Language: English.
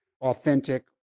authentic